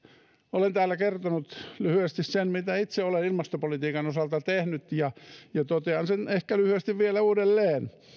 olen täällä kertonut lyhyesti sen mitä itse olen ilmastopolitiikan osalta tehnyt ja totean sen ehkä lyhyesti vielä uudelleen